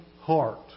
heart